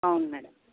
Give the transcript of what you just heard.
అవును మేడం